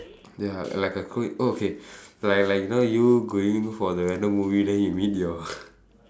ya like a coin~ oh okay like like you know you going for the random movie then you meet your